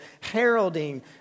heralding